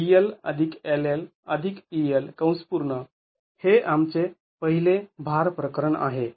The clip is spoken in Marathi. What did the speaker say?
७५ DLLLEL हे आमचे पहिले भार प्रकरण आहे